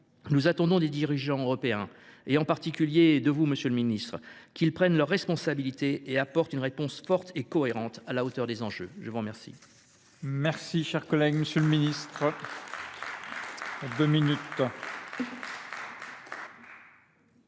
Nous attendons des dirigeants européens, en particulier de vous, monsieur le ministre, qu’ils prennent leurs responsabilités et apportent une réponse forte et cohérente à la hauteur des enjeux. La parole